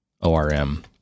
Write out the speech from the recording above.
ORM